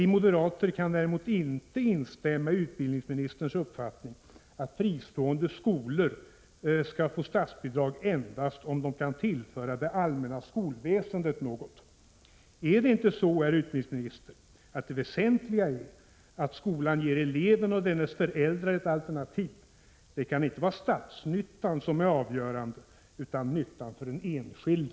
Vi moderater kan däremot inte instämma i utbildningsministerns uppfattning att fristående skolor skall få statsbidrag endast om de kan tillföra det allmänna skolväsendet något. Är det inte så, herr utbildningsminister, att det väsentliga är att skolan ger eleven och dennes föräldrar ett alternativ? Det kan inte vara statsnyttan som är avgörande utan nyttan för den enskilde.